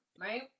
right